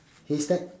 haystack